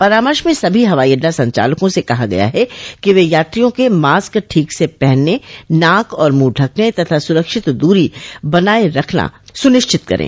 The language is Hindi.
परामर्श में सभी हवाई अड्डा संचालकों से कहा गया है कि वे यात्रियों के मास्क ठीक से पहनने नाक और मुंह ढकने तथा सुरक्षित दूरी बनाए रखना सुनिश्चित करें